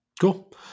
Cool